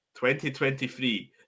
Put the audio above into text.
2023